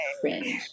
cringe